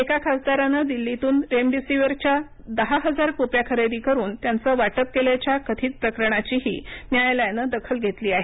एका खासदारानं दिल्लीतून रेमडिसिव्हरच्या दहा हजार कुप्या खरेदी करून त्यांचं वाटप केल्याच्या कथित प्रकरणाचीही न्यायालयानं दखल घेतली आहे